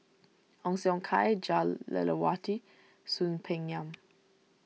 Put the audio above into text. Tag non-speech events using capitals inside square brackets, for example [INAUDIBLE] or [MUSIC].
Ong Siong Kai Jah Lelawati Soon Peng Yam [NOISE]